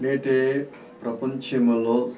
నేటి ప్రపంచంలో